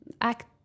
act